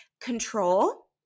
control